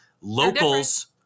locals